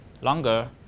longer